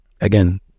again